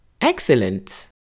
excellent